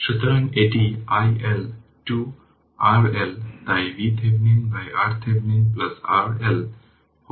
সুতরাং এটি iL 2 RL তাই VThevenin by RThevenin RL whole 2 RL